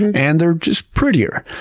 and and they're just prettier.